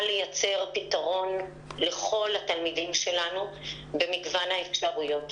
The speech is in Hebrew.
לייצר פתרון לכל התלמידים שלנו במגוון האפשרויות.